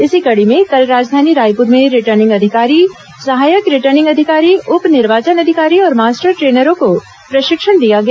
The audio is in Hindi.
इसी कड़ी में कल राजधानी रायपुर में रिटर्निंग अधिकारी सहायक रिटर्निंग अधिकारी उप निर्वाचन अधिकारी और मास्टर ट्रेनरों को प्रशिक्षण दिया गया